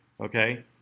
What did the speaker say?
okay